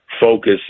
focus